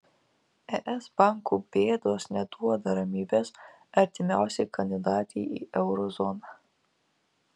es bankų bėdos neduoda ramybės artimiausiai kandidatei į euro zoną